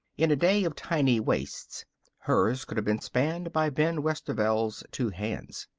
in a day of tiny waists hers could have been spanned by ben westerveld's two hands.